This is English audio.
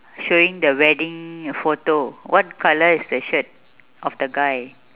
showing the wedding photo what colour is the shirt of the guy